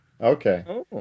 Okay